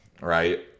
right